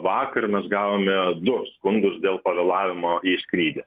vakar mes gavome du skundus dėl pavėlavimo į skrydį